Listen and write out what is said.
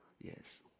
Yes